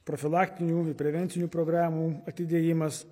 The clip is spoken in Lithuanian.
profilaktinių ir prevencinių programų atidėjimas